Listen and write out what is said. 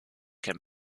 can